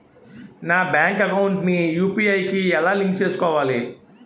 నా bank account ని UPI కి ఎలా లింక్ చేసుకోవాలి?